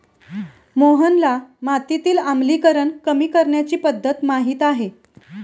मोहनला मातीतील आम्लीकरण कमी करण्याची पध्दत माहित आहे